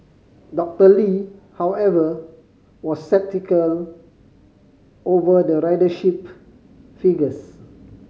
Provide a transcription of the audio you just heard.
Doctor Lee however was sceptical over the ridership figures